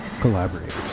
collaborators